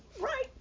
right